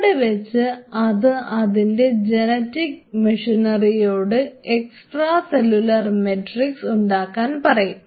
അവിടെവച്ച് അത് അതിൻറെ ജനറ്റിക് മെഷിനറിയോട് എക്സ്ട്രാ സെല്ലുലാർ മാട്രിക്സ് ഉണ്ടാക്കാൻ പറയും